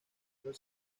los